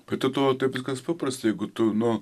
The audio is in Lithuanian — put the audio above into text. pe tu to tai viskas paprasta jeigu tu nu